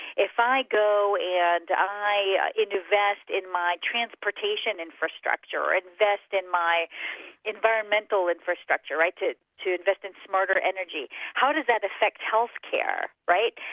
if i go and i invest in my transportation infrastructure, or invest in my environmental infrastructure, to to invest in smarter energy, how does that affect health care, right?